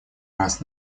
раз